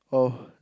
oh